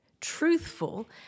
truthful